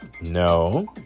No